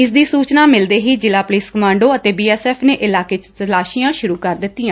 ਇਸਦੀ ਸੁਚਨਾ ਮਿਲਦੇ ਹੀ ਜਿਲਾ ਪੁਲਿਸ ਕਮਾਂਡੋ ਅਤੇ ਬੀਐਸਐਫ ਨੇ ਇਲਾਕੇ 'ਚ ਤਲਾਸੀਆਂ ਸ਼ਰ ਕਰ ਦਿੱਤੀਆਂ